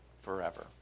forever